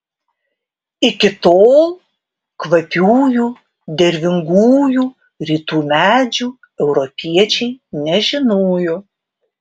iki tol kvapiųjų dervingųjų rytų medžių europiečiai nežinojo